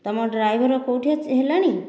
ତୁମ ଡ୍ରାଇଭର କେଉଁଠି ହେଲାଣି